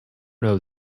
know